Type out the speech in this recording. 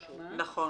נתקבל.